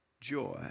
joy